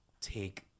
take